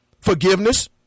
Forgiveness